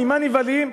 ממה נבהלים?